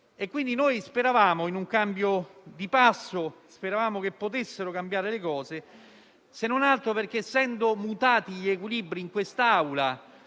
Parrini. Noi speravamo in un cambio di passo e che potessero cambiare le cose, se non altro perché, essendo mutati gli equilibri di questa